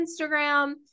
Instagram